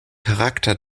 charakter